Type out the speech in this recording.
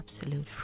absolute